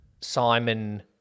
Simon